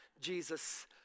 Jesus